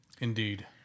Indeed